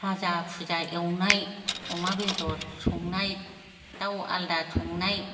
भाजा फुजा एवनाय अमा बेदर संनाय दाउ आलदा संनाय